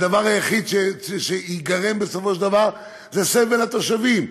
הדבר היחיד שייגרם בסופו של דבר זה סבל לתושבים,